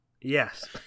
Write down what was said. Yes